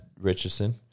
Richardson